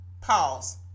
pause